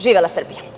Živela Srbija.